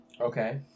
Okay